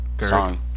Song